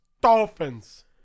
Dolphins